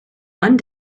one